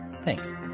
Thanks